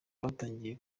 batangiye